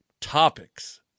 topics